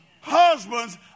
husbands